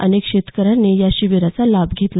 अनेक शेतकऱ्यांनी या शिबीराचा लाभ घेतला